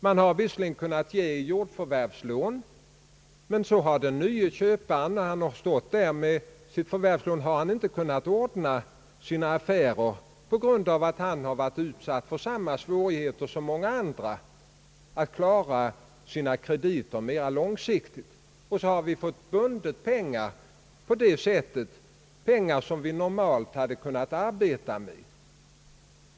Man har visserligen kunnat ge jordförvärvslån, men när den nye köparen har fått sitt jordförvärvslån har han inte kunnat ordna sina affärer på grund av att han varit utsatt för samma svårigheter som många andra när det gällt att klara sina krediter mera långsiktigt. På detta sätt har man bundit pengar som man normalt hade kunnat arbeta med.